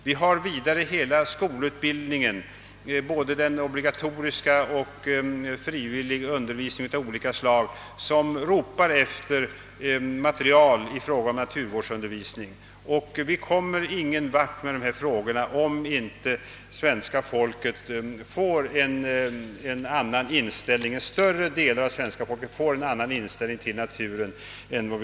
Vi har vidare hela skolutbildningen — både den obligatoriska undervisningen och frivillig undervisning av olika slag som ropar efter material för naturvårdsundervisning, och vi kommer ingen vart med dessa frågor om inte stora delar av svenska folket får en annan inställning till naturen än nu.